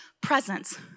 presence